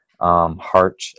heart